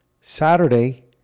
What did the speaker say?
Saturday